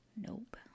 Nope